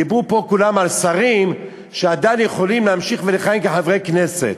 דיברו פה כולם על שרים שעדיין יכולים להמשיך ולכהן כחברי כנסת.